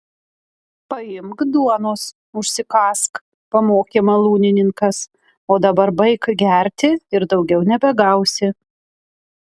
paimk duonos užsikąsk pamokė malūnininkas o dabar baik gerti ir daugiau nebegausi